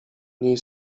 niej